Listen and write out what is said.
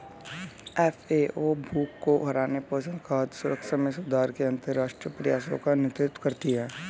FAO भूख को हराने, पोषण, खाद्य सुरक्षा में सुधार के अंतरराष्ट्रीय प्रयासों का नेतृत्व करती है